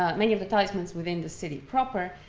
ah many of the talismans within the city proper,